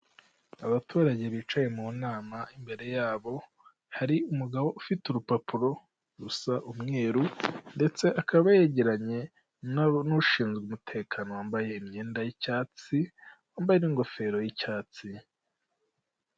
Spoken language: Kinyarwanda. Abaturage bicaye mu nama, imbere yabo hari umugabo ufite urupapuro rusa umweru ndetse akaba yegeranye n'ushinzwe umutekano wambaye imyenda y'icyatsi wambaye n'ingofero y'icyatsi.